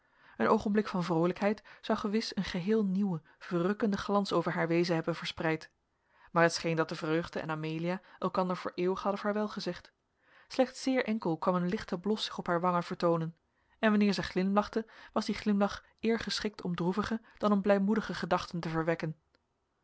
een oogenblik van vroolijkheid zou gewis een geheel nieuwen verrukkenden glans over haar wezen hebben verspreid maar het scheen dat de vreugde en amelia elkander voor eeuwig hadden vaarwel gezegd slechts zeer enkel kwam een lichte blos zich op haar wangen vertoonen en wanneer zij glimlachte was die glimlach eer geschikt om droevige dan om blijmoedige gedachten te verwekken